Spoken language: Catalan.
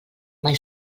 mai